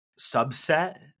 subset